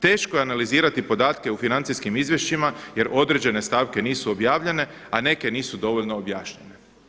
Teško je analizirati podatke u financijskim izvješćima jer određene stavke nisu objavljene, a neke nisu dovoljno objašnjenje.